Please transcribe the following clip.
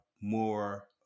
more